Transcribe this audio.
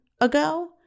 ago